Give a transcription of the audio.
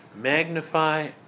magnify